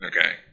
okay